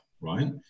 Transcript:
right